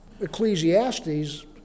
Ecclesiastes